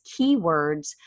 keywords